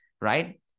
Right